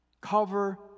cover